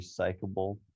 Recyclable